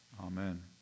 Amen